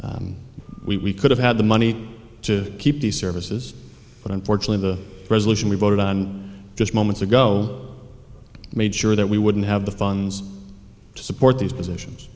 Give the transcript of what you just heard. need we could have had the money to keep the services but unfortunately the resolution we voted on just moments ago made sure that we wouldn't have the funds to support these positions